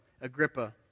Agrippa